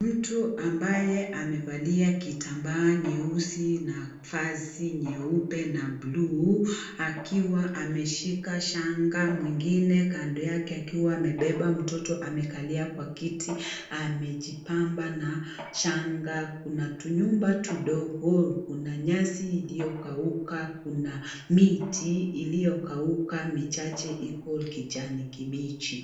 Mtu ambaye amevalia kitambaa nyeusi na vazi nyeupe na bluu, akiwa ameshika shanga, mwingine kando yake akiwa amebeba mtoto. Amekalia kwa kiti, amejipamba na shanga, kuna tunyumba tudogo, kuna nyasi iliokauka, kuna miti iliokauka, michache iko kijani kibichi.